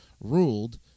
ruled